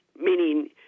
meaning